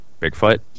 Bigfoot